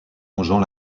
longeant